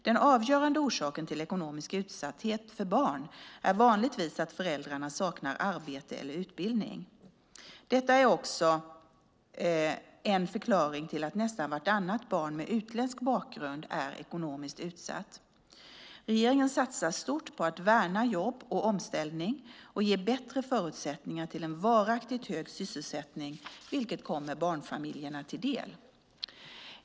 Den avgörande orsaken till ekonomisk utsatthet för barn är vanligtvis att föräldrarna saknar arbete eller utbildning. Detta är också en förklaring till att nästan vartannat barn med utländsk bakgrund är ekonomiskt utsatt. Regeringen satsar stort på att värna jobb och omställning och ge bättre förutsättningar för en varaktigt hög sysselsättning, vilket kommer barnfamiljerna till del.